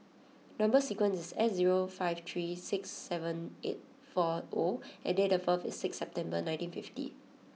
number sequence is S zero five three six seven eight four O and date of birth is six September nineteen fifty